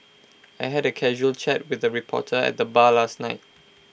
I had A casual chat with A reporter at the bar last night